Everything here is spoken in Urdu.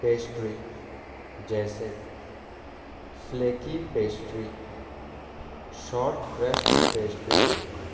پیسٹری جیسے flaky pastry short crust pastry